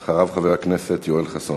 אחריו, חבר הכנסת יואל חסון.